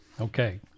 okay